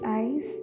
eyes